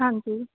ਹਾਂਜੀ